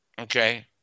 okay